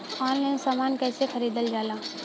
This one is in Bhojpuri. ऑनलाइन समान कैसे खरीदल जाला?